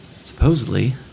Supposedly